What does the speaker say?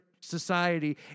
society